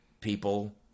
people